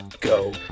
go